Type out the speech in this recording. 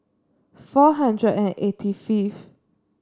four hundred and eighty fifth